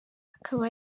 akaba